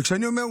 ואני אומר,